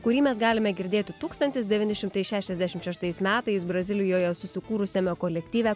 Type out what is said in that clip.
kurį mes galime girdėti tūkstantis devyni šimtai šešiasdešim šeštais metais brazilijoje susikūrusiame kolektyve